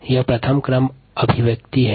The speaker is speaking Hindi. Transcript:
जो एक फर्स्ट आर्डर एक्सप्रेशन है